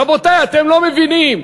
רבותי, אתם לא מבינים.